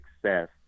success